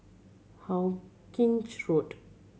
Hawkinge Road